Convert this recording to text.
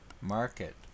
market